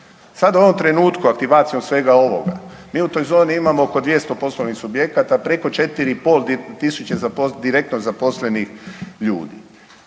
Sada u ovom trenutku, aktivacijom svega ovoga, mi u toj zoni imamo oko 200 poslovnih subjekata, preko 4,5 tisuće